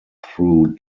through